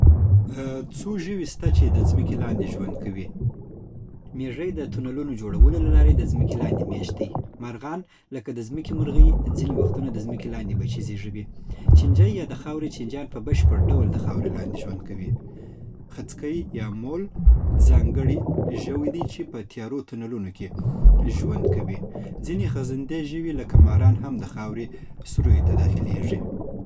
څو ژوي سته چې د ځمکې لاندې ژوند کوي میږې د تونلونو جوړولو له لارې د ځمکې لاندې میشت دي مارغان، لکه د ځمکې مرغۍ، ځینې وختونه د ځمکې لاندې بچي زېږوي. چینجي یا د خاوري چینجیان په بشپړ ډول د خاوري لاندې ژوند کوي. خڅکي يا مول ځانګړي ژوي دي چې په تیارو تونلونو کې ژوند کوي. ځینې خزنده ژوي، لکه ماران، هم د خاوري سوريو ته داخلیږي.